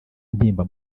intimba